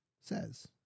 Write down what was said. says